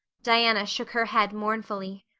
diana shook her head mournfully.